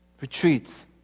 Retreats